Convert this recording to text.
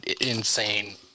insane